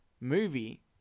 movie